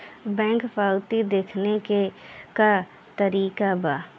Bank पवती देखने के का तरीका बा?